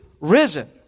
risen